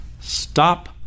stop